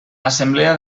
assemblea